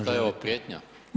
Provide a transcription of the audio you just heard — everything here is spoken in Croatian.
Šta je ovo prijetnja?